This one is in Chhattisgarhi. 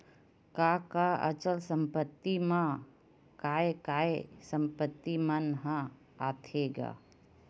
कका अचल संपत्ति मा काय काय संपत्ति मन ह आथे गा?